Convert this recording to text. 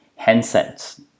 handsets